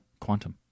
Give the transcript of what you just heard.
Quantum